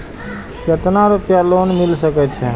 केतना रूपया लोन मिल सके छै?